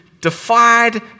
defied